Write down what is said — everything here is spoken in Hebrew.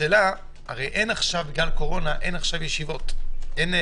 הרי אין עכשיו, בגלל הקורונה, לימודים.